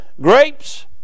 grapes